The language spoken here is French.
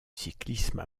cyclisme